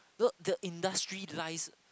the the industry lies